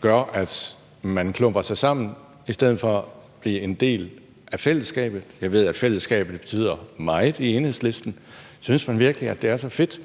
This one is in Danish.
gør, at man klumper sig sammen i stedet for at blive en del af fællesskabet? Jeg ved, at fællesskabet betyder meget i Enhedslisten. Synes man virkelig, det er så fedt,